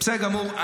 בסדר גמור.